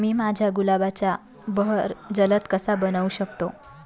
मी माझ्या गुलाबाचा बहर जलद कसा बनवू शकतो?